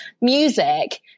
music